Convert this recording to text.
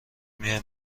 میای